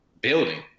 building